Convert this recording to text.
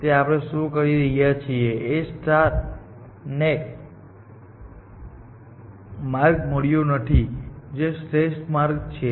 તેથી આપણે શું કહી રહ્યા છીએ કે A ને આ માર્ગ મળ્યો નથી જે શ્રેષ્ઠ માર્ગ છે